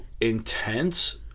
intense